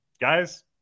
guys